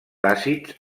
àcids